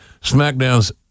SmackDown's